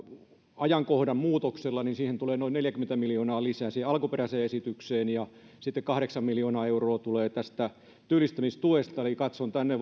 ajankohtaa muutoksella ja siihen tulee noin neljäkymmentä miljoonaa lisää siihen alkuperäiseen esitykseen nähden ja sitten kahdeksan miljoonaa euroa tulee tästä työllistämistuesta eli katson tänne